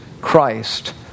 Christ